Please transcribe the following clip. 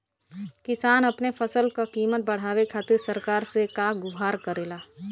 किसान अपने फसल क कीमत बढ़ावे खातिर सरकार से का गुहार करेला?